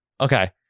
Okay